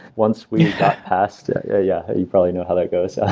once we got past yeah, you probably know how that goes. so